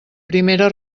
primera